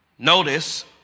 Notice